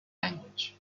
language